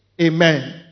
Amen